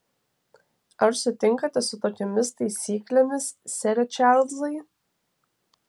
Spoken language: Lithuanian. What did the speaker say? ar sutinkate su tokiomis taisyklėmis sere čarlzai